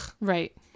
right